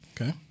Okay